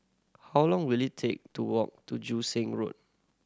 how long will it take to walk to Joo Seng Road